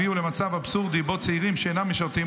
הביאו למצב אבסורדי שבו צעירים שאינם משרתים